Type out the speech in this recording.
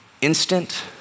Instant